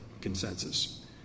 consensus